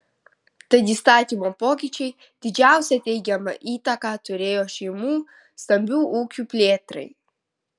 tad įstatymo pokyčiai didžiausią teigiamą įtaką turėjo šeimų stambių ūkių plėtrai